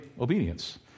obedience